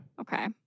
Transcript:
Okay